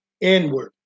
Inward